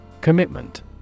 Commitment